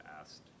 asked